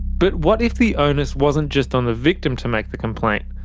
but what if the onus wasn't just on the victim to make the complaint?